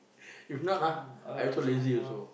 if not ah I also lazy also